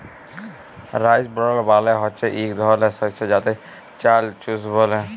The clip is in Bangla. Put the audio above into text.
রাইস ব্রল মালে হচ্যে ইক ধরলের শস্য যাতে চাল চুষ ব্যলে